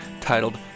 titled